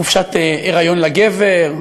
חופשת היריון לגבר,